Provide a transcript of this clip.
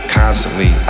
constantly